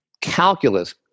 calculus